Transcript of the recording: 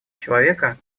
человека